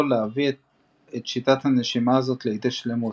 להביא את שיטת הנשימה הזאת לידי שלמות,